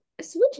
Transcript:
switch